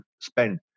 spend